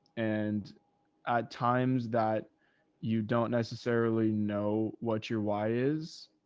and at times that you don't necessarily know what your, why is,